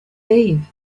eve